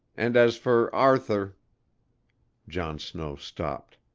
and as for arthur john snow stopped.